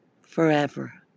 Forever